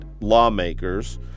lawmakers